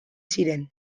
ziren